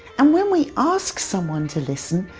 and when we ask someone to listen,